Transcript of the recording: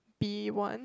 B one